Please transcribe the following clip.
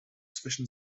zwischen